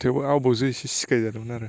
थेवबो आबौजों इसि सिखायजादोंमोन आरो